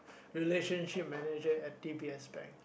relationship manager at D_B_S bank